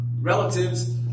relatives